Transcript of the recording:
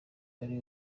ari